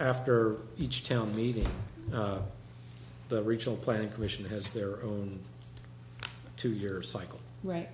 after each town meeting the regional planning commission has their own two year cycle right